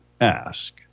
ask